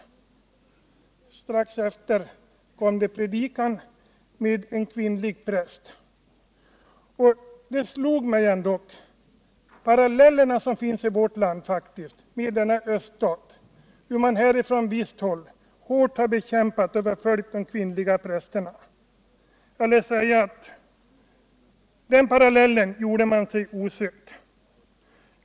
Strax efteråt kom det en predikan med en kvinnlig präst. Då slog det mig att det ändå finns paralleHer mellan vårt land och denna öststat: här har man på visst håll hårt bekämpat och förföljt de kvinnliga prästerna. Och jag vill säga att den parallellen gjorde man inte osökt!